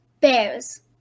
bears